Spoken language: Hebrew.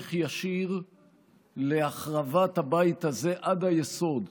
המשך ישיר להחרבת הבית הזה עד היסוד,